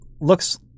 looks